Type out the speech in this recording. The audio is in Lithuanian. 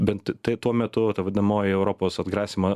bent tai tuo metu ta vadinamoji europos atgrasymo